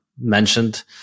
mentioned